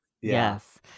Yes